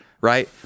right